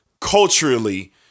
Culturally